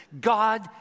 God